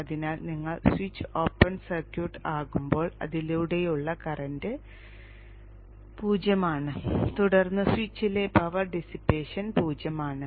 അതിനാൽ നിങ്ങൾ switch open circuit ആക്കുമ്പോൾ അതിലൂടെയുള്ള കറന്റ് 0 ആണ് തുടർന്ന് സ്വിച്ചിലെ പവർ ഡിസ്സിപ്പേഷൻ 0 ആണ്